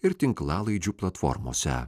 ir tinklalaidžių platformose